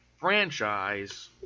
franchise